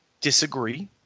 disagree